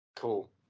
Cool